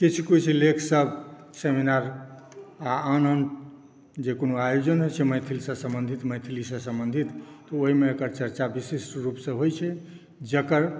किछु किछु लेखसभ सेमिनार आ आन आन जे कोनो आयोजन होइ छै मैथिलसॅं सम्बन्धित मैथिलीसॅं सम्बंधित तऽ ओहिमे एकर चरचा विशिष्ट रूपसॅं होइ छै जकर